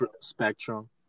spectrum